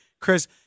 Chris